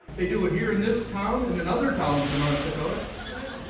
they do it here in this town and in other towns in north dakota and then.